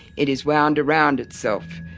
it is wound around itself,